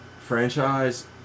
franchise